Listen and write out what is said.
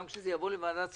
גם כשזה יבוא לוועדת השרים,